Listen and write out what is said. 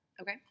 Okay